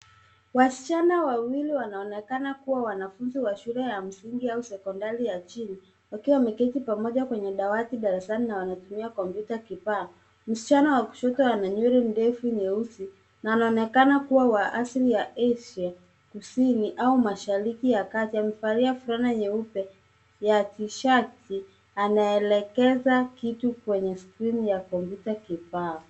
Wasichana wawili wanaonekana kuwa wanafunzi wa shule ya msingi au sekondari ya chini wakiwa wameketi pamoja kwenye dawati darasani na wanatumia komputa kibao. Msichana wa kushoto ana nywele ndefu nyeusi na anaonekana kuwa wa asili ya Asia kusini au mashariki ya kati. Amevalia fulana nyeupe ya tishati anaelekeza kitu kwenye skrini ya komputa kibao.